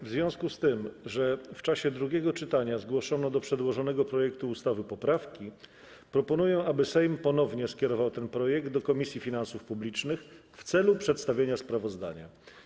W związku z tym, że w czasie drugiego czytania zgłoszono do przedłożonego projektu ustawy poprawki, proponuję, aby Sejm ponownie skierował ten projekt do Komisji Finansów Publicznych w celu przedstawienia sprawozdania.